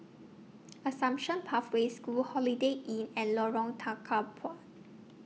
Assumption Pathway School Holiday Inn and Lorong Tukang Dua